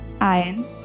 iron